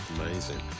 Amazing